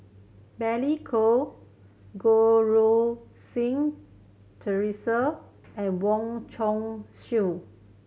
Billy Koh Goh Si Theresa and Wong Chong Sou